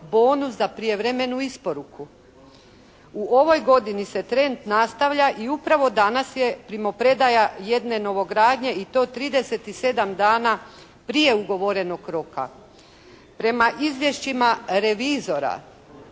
bonus za prijevremenu isporuku. U ovoj godini se trend nastavlja i upravo danas je primopredaja jedne novogradnje i to 37 dana prije ugovorenog roka, prema izvješćima revizora